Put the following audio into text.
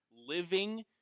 living